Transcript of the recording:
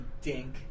dink